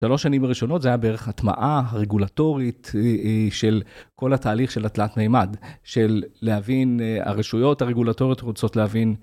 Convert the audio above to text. שלוש שנים ראשונות זה היה בערך התמאה הרגולטורית של כל התהליך של התלת מימד, של להבין, הרשויות הרגולטוריות רוצות להבין.